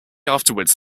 afterwards